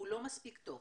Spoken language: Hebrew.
הוא לא מספיק טוב,